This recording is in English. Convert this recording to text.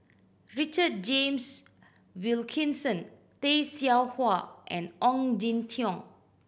Richard James Wilkinson Tay Seow Huah and Ong Jin Teong